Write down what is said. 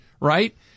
right